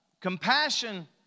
Compassion